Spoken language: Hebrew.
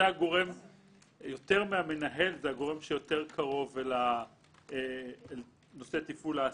יותר מהמנהל זה גורם שיותר קרוב לנושא תפעול ההסעה.